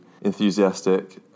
enthusiastic